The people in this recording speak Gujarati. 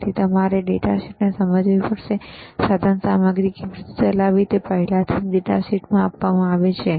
તેથી તમારે ડેટાશીટને સમજવી પડશે સાધનસામગ્રી કેવી રીતે ચલાવવી તે પહેલાથી જ ડેટા શીટમાં આપવામાં આવ્યું છે